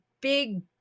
big